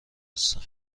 هستم